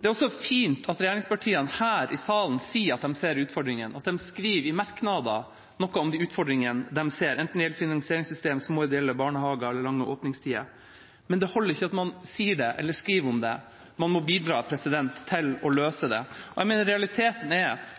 Det er også fint at regjeringspartiene her i salen sier at de ser utfordringene, at de i merknader skriver noe om de utfordringene de ser, enten det gjelder finansieringssystem, små, ideelle barnehager eller lange åpningstider. Men det holder ikke at man sier det eller skriver om det, man må bidra til å løse det. Jeg mener realiteten er